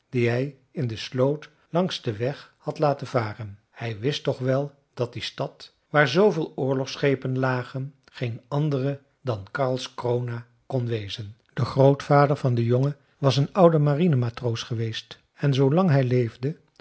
die hij in de sloot langs den weg had laten varen hij wist toch wel dat die stad waar zooveel oorlogsschepen lagen geen andere dan karlskrona kon wezen de grootvader van den jongen was een oude marinematroos geweest en zoolang hij leefde